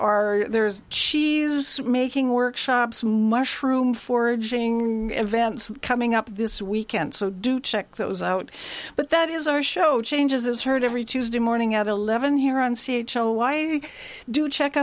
are there is cheese making workshops mushroom foraging events coming up this weekend so do check those out but that is our show changes as heard every tuesday morning at eleven here on c h o i do check